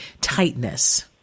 tightness